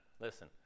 Listen